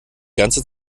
ganze